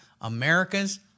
America's